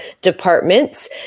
departments